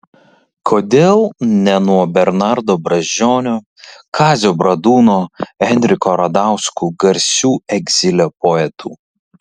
kodėl ne nuo bernardo brazdžionio kazio bradūno henriko radausko garsių egzilio poetų